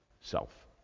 self